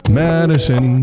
madison